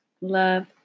Love